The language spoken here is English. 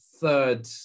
third